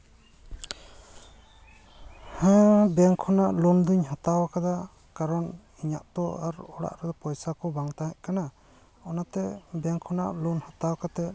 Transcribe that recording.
ᱦᱮᱸ ᱵᱮᱝᱠ ᱠᱷᱚᱱᱟ ᱞᱳᱱ ᱫᱩᱧ ᱦᱟᱛᱟᱣ ᱠᱟᱫᱟ ᱠᱟᱨᱚᱱ ᱤᱧᱟᱜ ᱛᱚ ᱟᱨ ᱚᱲᱟᱜ ᱨᱮᱫᱚ ᱯᱚᱭᱥᱟ ᱠᱚ ᱵᱟᱝ ᱛᱟᱦᱮᱸᱠᱟᱱᱟ ᱚᱱᱟᱛᱮ ᱵᱮᱝᱠ ᱠᱷᱚᱱᱟᱜ ᱞᱳᱱ ᱦᱟᱛᱟᱣ ᱠᱟᱛᱮᱫ